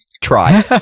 Try